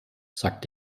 sagt